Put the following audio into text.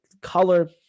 color